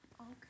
Okay